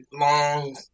long